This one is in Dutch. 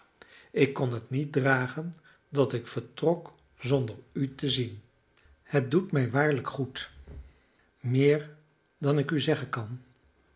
ik kon het niet dragen dat ik vertrok zonder u te zien het doet mij waarlijk goed meer dan ik u zeggen kan